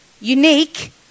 unique